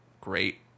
great